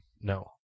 No